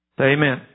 Amen